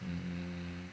mm